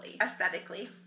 Aesthetically